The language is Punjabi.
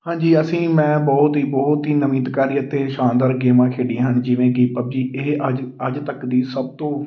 ਹਾਂਜੀ ਅਸੀਂ ਮੈਂ ਬਹੁਤ ਹੀ ਬਹੁਤ ਹੀ ਨਵੀਤਕਾਰੀ ਅਤੇ ਸ਼ਾਨਦਾਰ ਗੇਮਾਂ ਖੇਡੀਆਂ ਹਨ ਜਿਵੇਂ ਕਿ ਪਬਜੀ ਇਹ ਅੱਜ ਅੱਜ ਤੱਕ ਦੀ ਸਭ ਤੋਂ